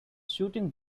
shooting